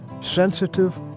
sensitive